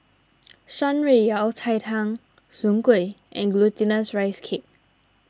Shan Rui Yao Cai Tang Soon Kway and Glutinous Rice Cake